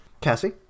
Cassie